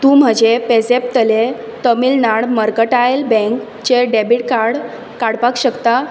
तूं म्हजें पेझॅपतलें तमिळनाड मर्कंटायल बँकचें डेबिट कार्ड काडपाक शकता